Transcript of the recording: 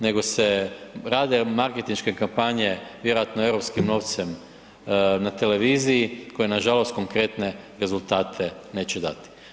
Nego se rade marketinške kampanje, vjerojatno europskim novcem na televiziji, koje nažalost konkretne rezultate neće dati.